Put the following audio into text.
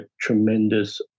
tremendous